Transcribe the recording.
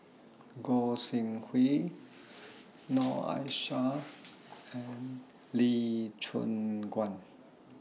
Goi Seng Hui Noor Aishah and Lee Choon Guan